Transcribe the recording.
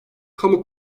kamu